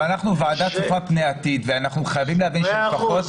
אבל אנחנו ועדה צופה פני עתיד ואנחנו חייבים להבין שלפחות